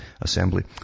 assembly